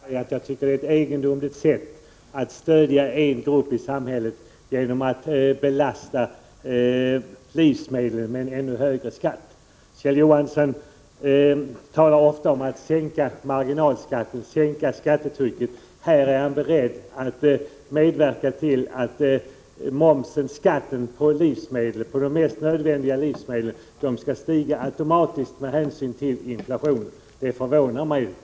Herr talman! Jag kan inte säga annat än att det är ett egendomligt sätt att stödja en grupp i samhället genom att belasta livsmedlen med en ännu högre skatt. Kjell Johansson talar ofta om att sänka marginalskatterna och skattetrycket. Här är han beredd att medverka till att skatten på de mest nödvändiga livsmedlen skall stiga automatiskt med hänsyn till inflationen.